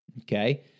okay